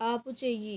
ఆపు చెయ్యి